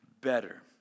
better